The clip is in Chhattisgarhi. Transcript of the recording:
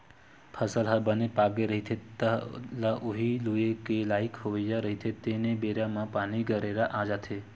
फसल ह बने पाकगे रहिथे, तह ल उही लूए के लइक होवइया रहिथे तेने बेरा म पानी, गरेरा आ जाथे